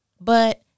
but-